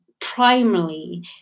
primarily